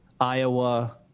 Iowa